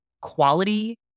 quality